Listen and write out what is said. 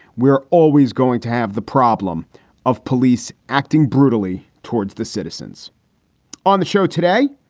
we're always going to have the problem of police acting brutally towards the citizens on the show today.